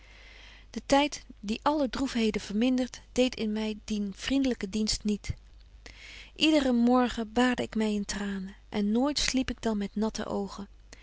de tyd die alle droefheden vermindert deedt my dien vriendelyken dienst niet yderen morgen baadde ik my in tranen en nooit sliep ik in dan met natte oogen